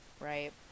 Right